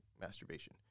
masturbation